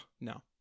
no